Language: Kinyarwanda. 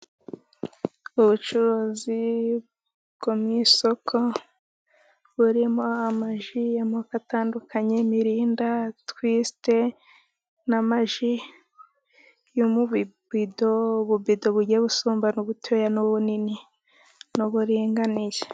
Ubucuruzi bwo mu isoko burimo amaji y'amoko atandukanye mirinda tuwisite n'amaji yo mu bubido, ububido bugiye busumbana, ubutoya n'ubunini n'uburinganiye.